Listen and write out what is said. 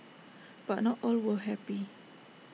but not all were happy